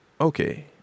okay